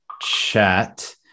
chat